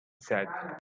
said